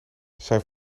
zijn